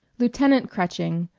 lieutenant kretching,